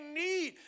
need